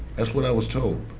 that's what i was told.